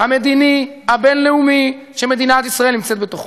המדיני הבין-לאומי שמדינת ישראל נמצאת בתוכו.